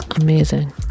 Amazing